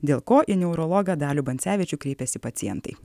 dėl ko į neurologą dalių bancevičių kreipiasi pacientai